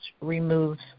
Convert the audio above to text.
removes